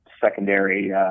secondary